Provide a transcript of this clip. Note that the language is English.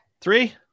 three